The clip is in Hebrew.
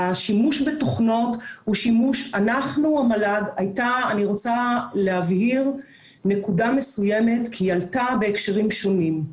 אני רוצה להבהיר נקודה מסוימת כי היא עלתה בהקשרים שונים.